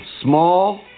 small